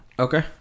Okay